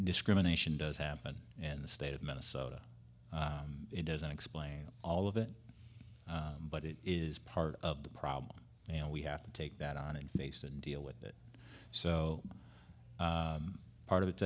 discrimination does happen in the state of minnesota it doesn't explain all of it but it is part of the problem and we have to take that on and face and deal with it so part of it's